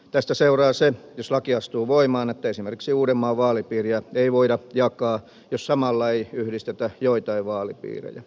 tästä seuraa se jos laki astuu voimaan että esimerkiksi uudenmaan vaalipiiriä ei voida jakaa jos samalla ei yhdistetä joitain vaalipiirejä